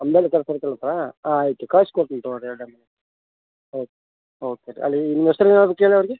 Ambedkar circle ಹತ್ತಿರ ಆಂ ಆಯಿತು ಕಳ್ಸ್ಕೊಡ್ತೀನಿ ತಗೋಳ್ಳಿ ರೀ ಓಕೆ ಓಕೆ ಅಲ್ಲಿ ನಿಮ್ಮ ಹೆಸ್ರು ಏನು ಗೊತ್ತೇನು ಅವ್ರಿಗೆ